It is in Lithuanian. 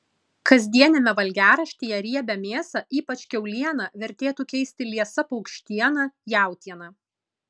kasdieniame valgiaraštyje riebią mėsą ypač kiaulieną vertėtų keisti liesa paukštiena jautiena